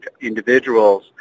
individuals